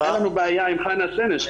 אין לנו בעיה עם חנה סנש.